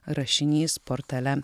rašinys portale